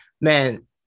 man